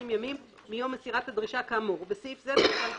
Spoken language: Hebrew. ימים מיום מסירת הדרישה כאמור (בסעיף זה דרישה